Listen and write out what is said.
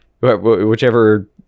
whichever